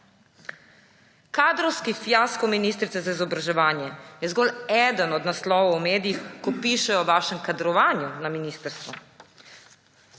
»Kadrovski fiasko ministrice za izobraževanje« je zgolj eden od naslovov v medijih, ko pišejo o vašem kadrovanju na ministrstvu.